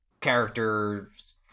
characters